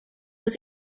was